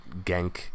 Genk